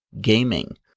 gaming